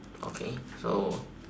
okay so